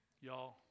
y'all